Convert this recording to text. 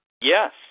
Yes